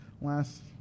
last